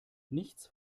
nichts